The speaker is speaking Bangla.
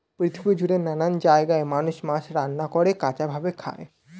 পৃথিবী জুড়ে নানান জায়গায় মানুষ মাছ রান্না করে, কাঁচা ভাবে খায়